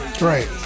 Right